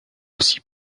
aussi